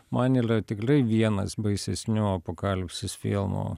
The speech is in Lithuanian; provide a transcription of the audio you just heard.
man ylia tikliai vienas baisesnių apokalipsės filmų